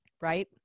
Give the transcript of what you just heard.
right